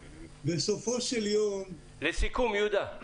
בסופו של יום --- לסיכום, יהודה.